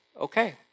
okay